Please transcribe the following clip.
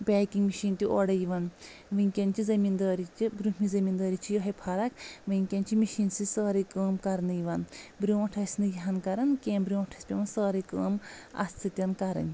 packing machine تہِ اوڑٕے یِوان ؤنکیٚن چہِ زٔمیٖندٲری چھِ برٛونٛٹھ مہِ زٔمیٖندٲری چھِ یہٕے فرق ؤنکیٚن چھِ مشیٖن سۭتۍ سٲرٕے کٲم کرنہٕ یِوان برٛونٛٹھ ٲسۍ نہٕ یہن کران کینٛہہ برٛونٹھ ٲسۍ پیٚوان سٲرٕے کٲم اتھ سۭتۍ کرٕنۍ